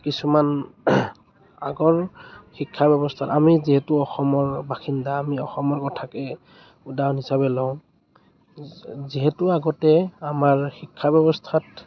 কিছুমান আগৰ শিক্ষা ব্যৱস্থাত আমি যিহেতু অসমৰ বাসিন্দা আমি অসমৰ কথাকে উদাহৰণ হিচাপে লওঁ যিহেতু আগতে আমাৰ শিক্ষা ব্যৱস্থাত